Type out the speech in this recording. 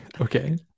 Okay